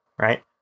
right